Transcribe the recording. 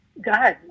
God